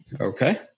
Okay